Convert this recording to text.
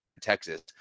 Texas